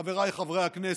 חבריי חברי הכנסת,